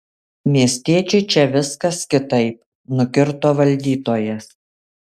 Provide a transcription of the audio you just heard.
miestiečiui čia viskas kitaip nukirto valdytojas